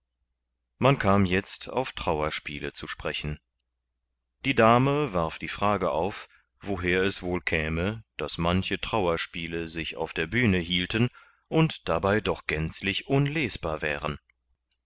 man kann jetzt auf trauerspiele zu sprechen die dame warf die frage auf woher es wohl käme daß manche trauerspiele sich auf der bühne hielten und dabei doch gänzlich unlesbar wären